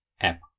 app